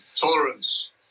tolerance